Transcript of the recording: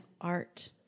art